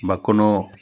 বা কোনো